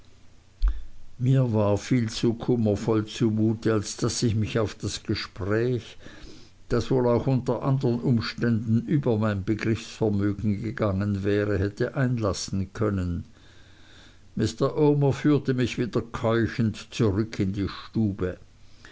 mir war viel zu kummervoll zumute als daß ich mich auf das gespräch das wohl auch unter andern umständen über mein begriffsvermögen gegangen wäre hätte einlassen können mr omer führte mich wieder keuchend zurück in die stube